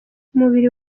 umubiri